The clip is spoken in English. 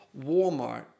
Walmart